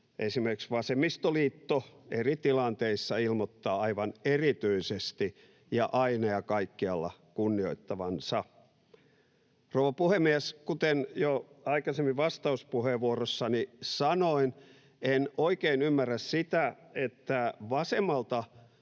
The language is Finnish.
esimerkiksi vasemmistoliitto eri tilanteissa ilmoittaa aivan erityisesti ja aina ja kaikkialla kunnioittavansa. Rouva puhemies! Kuten jo aikaisemmin vastauspuheenvuorossani sanoin, en oikein ymmärrä sitä, että vasemmalta,